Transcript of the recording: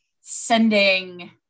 sending